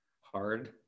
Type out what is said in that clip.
hard